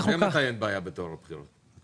אנחנו